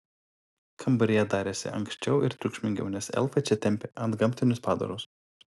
kambaryje darėsi ankščiau ir triukšmingiau nes elfai čia tempė antgamtinius padarus